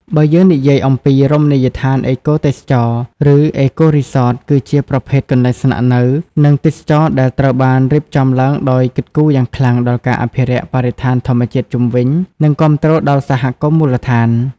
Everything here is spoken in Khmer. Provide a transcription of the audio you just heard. បើយើងនិយាយអំពី រមណីយដ្ឋានអេកូទេសចរណ៍ ឬ អេកូ រីសត គឺជាប្រភេទកន្លែងស្នាក់នៅ និងទេសចរណ៍ដែលត្រូវបានរៀបចំឡើងដោយគិតគូរយ៉ាងខ្លាំងដល់ការអភិរក្សបរិស្ថានធម្មជាតិជុំវិញ និងគាំទ្រដល់សហគមន៍មូលដ្ឋាន។